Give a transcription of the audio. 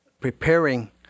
preparing